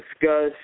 discuss